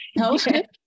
okay